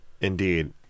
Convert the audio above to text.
indeed